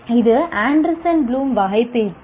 இது Anderson Bloom வகைபிரித்தல்